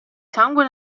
sangue